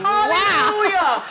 Hallelujah